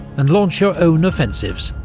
and launch your own offensives,